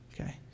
okay